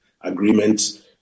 agreements